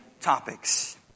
topics